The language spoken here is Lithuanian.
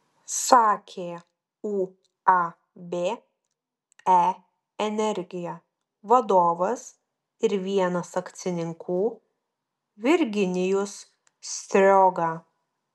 sakė uab e energija vadovas ir vienas akcininkų virginijus strioga